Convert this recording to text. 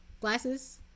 glasses